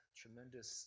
tremendous